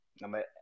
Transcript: Number